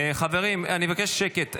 חברים, אני מבקש שקט.